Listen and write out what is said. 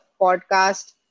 podcast